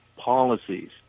policies